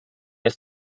ist